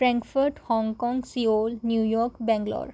Frankfurt Hong Kong Seoul New York Bangalore